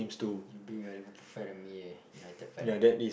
you being a Liverpool fan and me a United fan